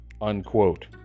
unquote